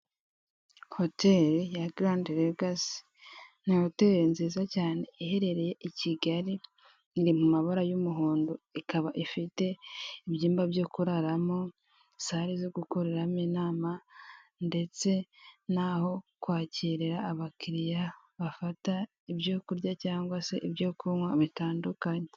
Hoteli ya Garandi Legasi ni hoteli nziza cyane iherereye i Kigali, iri mu mabara y'umuhondo, ikaba ifite ibyumba byo kuraramo, sale zo gukoreramo inama ndetse n'aho kwakirira abakiriya bafata ibyo kurya cyangwa se ibyo kunywa bitandukanye.